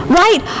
right